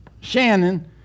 Shannon